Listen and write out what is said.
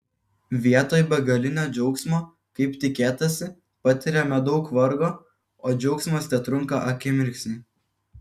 vietoj begalinio džiaugsmo kaip tikėtasi patiriama daug vargo o džiaugsmas tetrunka akimirksnį